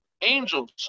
angels